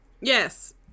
Yes